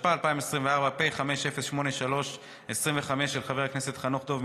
התשפ"ד 2024, של חברת הכנסת פנינה